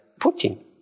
Putin